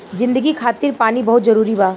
जिंदगी खातिर पानी बहुत जरूरी बा